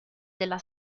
della